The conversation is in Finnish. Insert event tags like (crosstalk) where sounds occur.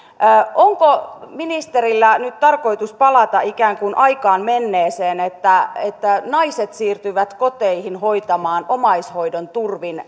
onko ministerillä nyt tarkoitus palata ikään kuin aikaan menneeseen että että naiset siirtyvät koteihin hoitamaan omaishoidon turvin (unintelligible)